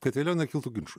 kad vėliau nekiltų ginčų